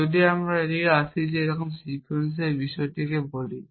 যদি আমরা সেই দিকে আসি তবে এইরকম সিকোয়েন্সের বিষয়কে বলি